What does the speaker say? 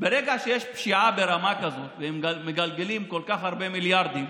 ברגע שיש פשיעה ברמה כזאת והם מגלגלים כל כך הרבה מיליארדים,